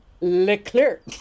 LeClerc